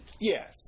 Yes